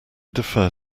defer